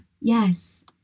yes